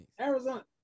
Arizona